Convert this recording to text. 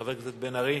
חבר הכנסת בן-ארי,